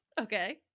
Okay